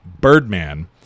Birdman